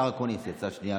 השר אקוניס יצא שנייה.